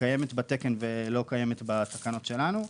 שקיימת בתקן ולא קיימת בתקנות שלנו.